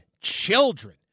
children